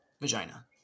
vagina